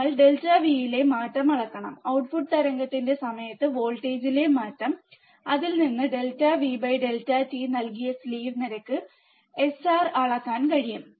ഞങ്ങൾ ∆V യിലെ മാറ്റം അളക്കണം ഔട്ട്പുട്ട് തരംഗത്തിന്റെ സമയത്ത് വോൾട്ടേജിലെ മാറ്റം അതിൽ നിന്ന് ∆V∆t നൽകിയ സ്ലീവ് നിരക്ക് SR അളക്കാൻ കഴിയും